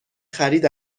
خرید